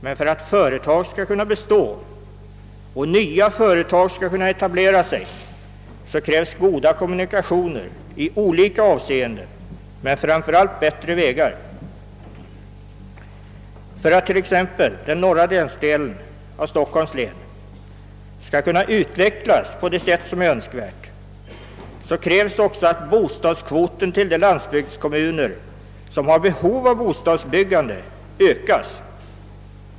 Men för att företag skall kunna bestå och nya företag skall kunna etablera sig krävs goda kommunikationer i olika avseenden men framför allt bättre vägar. För att t.ex. den norra delen av Stockholms län skall kunna utvecklas på det sätt som är önskvärt krävs också att bostadskvoten till de landsbygdskommuner som har behov av bostadsbyggande ökas.